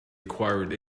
acquired